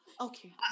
okay